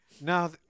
now